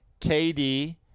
KD